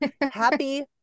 happy